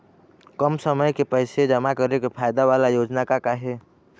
कम समय के पैसे जमा करे के फायदा वाला योजना का का हे?